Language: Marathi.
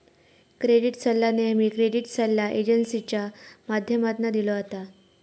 क्रेडीट सल्ला नेहमी क्रेडीट सल्ला एजेंसींच्या माध्यमातना दिलो जाता